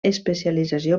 especialització